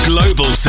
Global